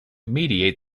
mediate